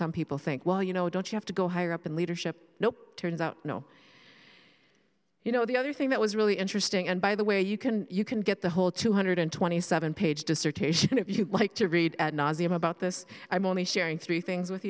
some people think well you know don't you have to go higher up in leadership no turns out no you know the other thing that was really interesting and by the way you can you can get the whole two hundred twenty seven page dissertation if you'd like to read ad nauseum about this i'm only sharing three things with